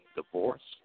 divorce